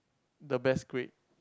the best grade